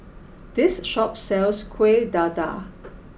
this shop sells Kuih Dadar